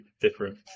different